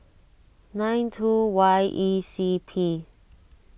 nine two Y E C P